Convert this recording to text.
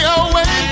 away